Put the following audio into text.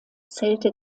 zählte